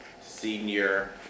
senior